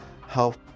Help